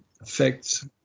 affects